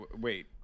Wait